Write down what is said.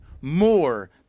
more